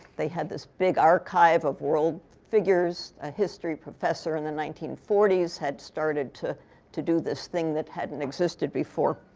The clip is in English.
they had this big archive of world figures. a history professor in the nineteen forty s had started to to do this thing that hadn't existed before.